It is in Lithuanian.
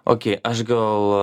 okei aš gal